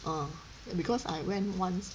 嗯 because I went once